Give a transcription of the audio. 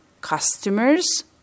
customers